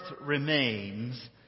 remains